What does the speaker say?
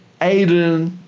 Aiden